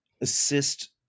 assist